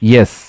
Yes।